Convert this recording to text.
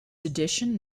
addition